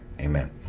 amen